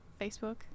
Facebook